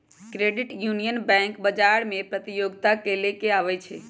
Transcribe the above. credit union bank बजार में प्रतिजोगिता लेके आबै छइ